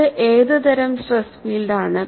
ഇത് ഏതു തരം സ്ട്രെസ് ഫീൽഡ് ആണ്